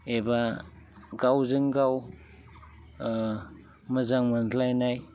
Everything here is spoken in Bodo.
एबा गावजोंगाव मोजां मोनज्लायनाय